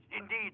indeed